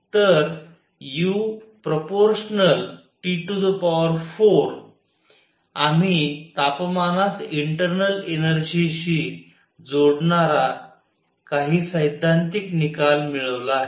तर uT4 आम्ही तापमानास इंटर्नल एनर्जी शी जोडणारा काही सैद्धांतिक निकाल मिळविला आहे